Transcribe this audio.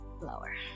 lower